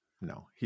no